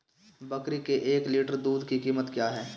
बकरी के एक लीटर दूध की कीमत क्या है?